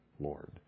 Lord